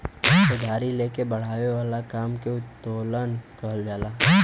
उधारी ले के बड़ावे वाला काम के उत्तोलन कहल जाला